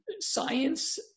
science